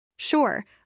Sure